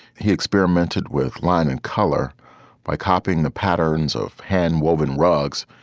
he experimented with line and color by copying the patterns of hand-woven rugs,